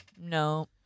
No